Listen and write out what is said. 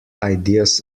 ideas